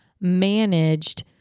managed